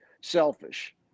selfish